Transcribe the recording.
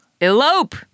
Elope